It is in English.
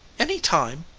any time.